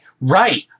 Right